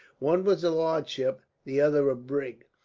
one was a large ship, the other a brig.